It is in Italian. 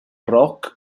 rock